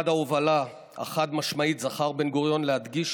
לצד ההובלה החד-משמעית זכר בן-גוריון להדגיש